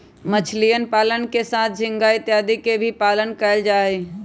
मछलीयन पालन के साथ झींगा इत्यादि के भी पालन कइल जाहई